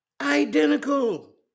identical